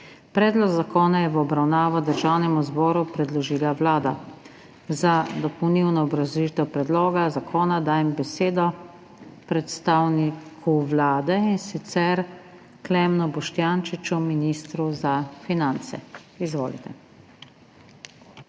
Predlog zakona je v obravnavo Državnemu zboru predložila Vlada. Za dopolnilno obrazložitev predloga zakona dajem besedo predstavniku Vlade, in sicer Klemnu Boštjančiču, ministru za finance. Izvolite.